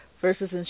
versus